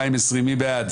3 בעד,